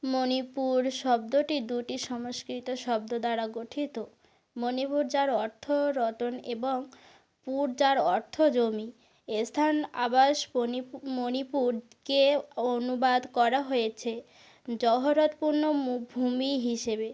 মণিপুর শব্দটি দুটি সংস্কৃত শব্দ দ্বারা গঠিত মণিপুর যার অর্থ রতন এবং পুর যার অর্থ জমি স্থান আবাস মণিপু মণিপুরকে অনুবাদ করা হয়েছে জহরতপূর্ণ ভূমি হিসেবে